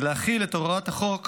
ולהחיל את הוראת חוק